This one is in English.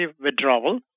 withdrawal